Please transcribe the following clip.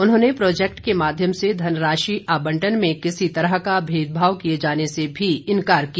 उन्होंने प्रोजैक्ट के माध्यम से धनराशि आबंटन में किसी तरह का भेदभाव किए जाने से भी इनकार किया